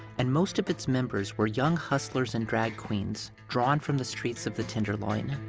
and most of its members were young hustlers and drag queens, drawn from the streets of the tenderloin.